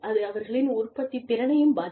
அது அவர்களின் உற்பத்தித்திறனையும் பாதிக்கிறது